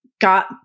got